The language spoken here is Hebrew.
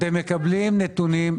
אתם מקבלים נתונים,